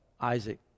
Isaac